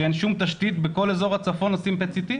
שאין שום תשתית בכל אזור הצפון לשים PET-CT?